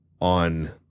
on